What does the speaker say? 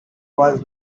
was